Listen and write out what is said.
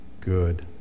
good